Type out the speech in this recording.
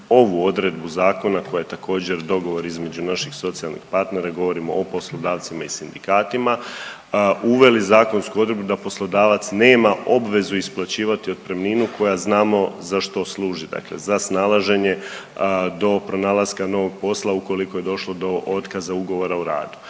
ovu odredbu zakona koja je također, dogovor između naših socijalnih partnera jer govorimo o poslodavcima i sindikatima, uveli zakonsku odredbu da poslodavac nema obvezu isplaćivati otpremninu koja znamo za što služi, dakle za snalaženje do pronalaska novog posla ukoliko je došlo do otkaza ugovora o radu.